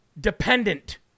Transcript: dependent